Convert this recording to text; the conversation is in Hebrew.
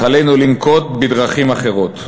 אך עלינו לנקוט דרכים אחרות.